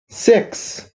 six